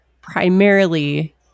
primarily